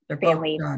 family